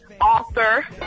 author